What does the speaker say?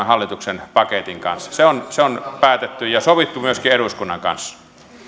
hallituksen paketin kanssa se on se on päätetty ja sovittu myöskin eduskunnan kanssa